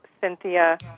Cynthia